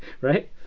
right